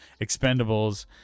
Expendables